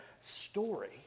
story